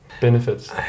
benefits